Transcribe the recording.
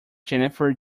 jennifer